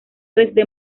desde